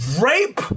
rape